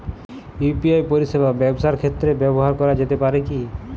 UPI পরিষেবা ব্যবসার ক্ষেত্রে ব্যবহার করা যেতে পারে কি?